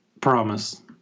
promise